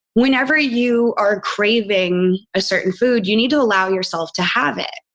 whenever you are craving a certain food, you need to allow yourself to have it.